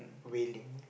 willing